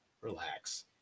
relax